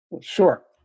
Sure